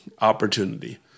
opportunity